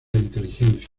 inteligencia